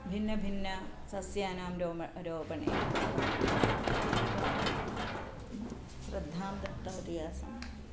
भिन्नभिन्नसस्यानां रोमः रोपणे अहम् अतीव श्रद्धां दत्तवती आसम्